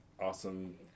awesome